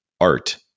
art